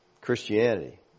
Christianity